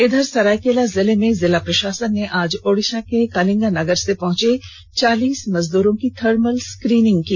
इधर सरायकेला जिले में जिला प्रशासन ने आज ओड़िषा के कलिंगनगर से पहुंचे चालीस मजदूरों की थर्मल स्क्रीनिंग की